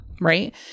right